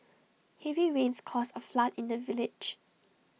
heavy rains caused A flood in the village